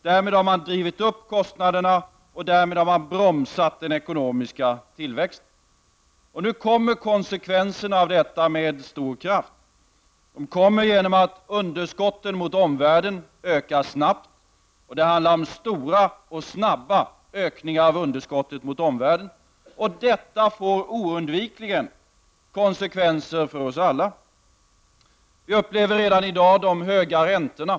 Därmed har man drivit upp kostnaderna och bromsat den ekonomiska tillväxten. Nu kommer konsekvenserna av detta med stor kraft. Underskotten mot omvärlden ökar snabbt, och det handlar om stora och snabba ökningar. Detta får oundvikligen konsekvenser för oss alla. Vi upplever redan i dag de höga räntorna.